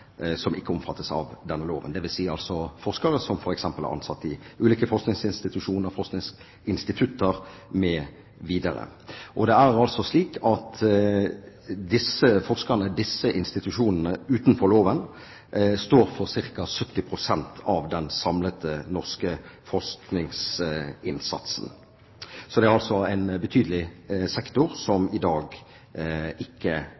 som ikke omfattes av denne loven, dvs. forskere som f.eks. er ansatt i ulike forskningsinstitusjoner og forskningsinstitutter mv. Disse forskerne, disse institusjonene utenfor loven, står for ca. 70 pst. av den samlede norske forskningsinnsatsen. Det er altså en betydelig sektor som i dag ikke